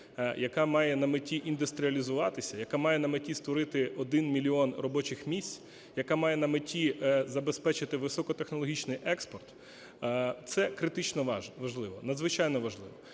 яка має на меті індустріалізуватися, яка має на меті створити 1 мільйон робочих місць, яка має на меті забезпечити високотехнологічний експорт – це критично важливо, надзвичайно важливо.